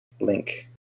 link